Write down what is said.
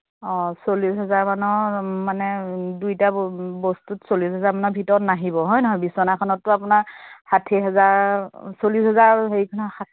অঁ চল্লিছ হেজাৰ মানৰ মানে দুইটা বস্তুত চল্লিছ হেজাৰ মানৰ ভিতৰত নাহিব হয় নহয় বিছনাখনতটো আপোনাৰ ষাঠি হেজাৰ চল্লিছ হেজাৰ আৰু হেৰিখনত ষাঠি